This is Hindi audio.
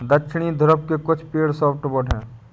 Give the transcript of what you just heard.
दक्षिणी ध्रुव के कुछ पेड़ सॉफ्टवुड हैं